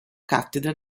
cattedra